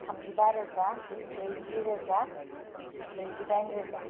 थामजिबा रोजा ब्रैजि रोजा ब्रैजिदाइन रोजा